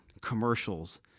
Commercials